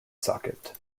socket